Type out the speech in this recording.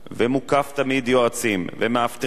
ומוקף תמיד יועצים ומאבטחים,